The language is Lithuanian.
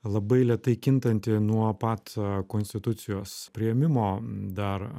labai lėtai kintanti nuo pat konstitucijos priėmimo dar